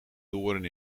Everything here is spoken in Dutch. doorn